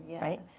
right